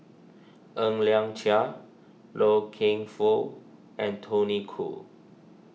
Ng Liang Chiang Loy Keng Foo and Tony Khoo